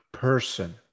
Person